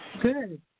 Good